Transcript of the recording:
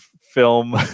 film